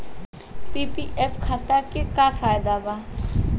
PPF खाता के का फायदा बा?